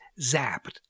Zapped